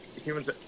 humans